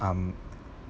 um